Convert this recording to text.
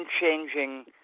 unchanging